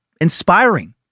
inspiring